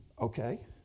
okay